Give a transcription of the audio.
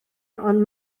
ond